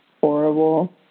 horrible